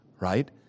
Right